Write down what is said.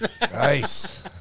nice